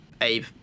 abe